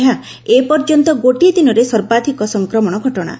ଏହା ଏପର୍ଯ୍ୟନ୍ତ ଗୋଟିଏ ଦିନରେ ସର୍ବାଧିକ ସଫକ୍ମଣ ଘଟଣା